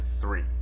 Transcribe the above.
three